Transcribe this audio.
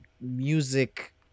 music